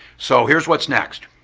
so here's what's next.